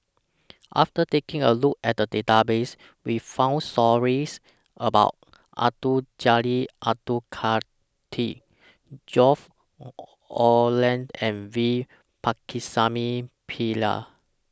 after taking A Look At The Database We found stories about Abdul Jalil Abdul Kadir George Oehlers and V Pakirisamy Pillai